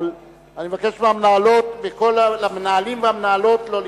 אבל אני מבקש מהמנהלים והמנהלות לא לצעוק.